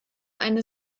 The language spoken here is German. eine